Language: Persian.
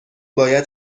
باید